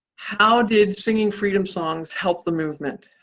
how did singing freedom songs help the movement?